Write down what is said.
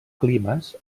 climes